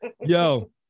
Yo